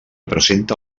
presenta